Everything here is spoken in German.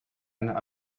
einer